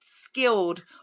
skilled